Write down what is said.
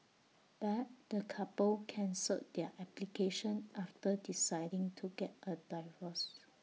but the couple cancelled their application after deciding to get A divorce